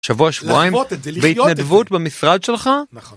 שבוע-שבועיים, -לחוות את זה, לחיות את זה. -בהתנדבות, במשרד שלך. -נכון.